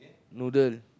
noodle